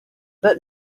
but